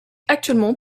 actuellement